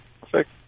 perfect